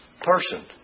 person